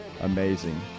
amazing